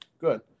Good